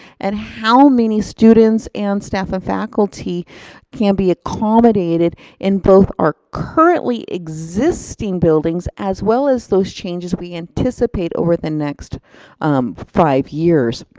and how many students and staff and faculty can be accommodated in both our currently existing buildings, as well as those changes we anticipate over the next five years.